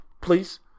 please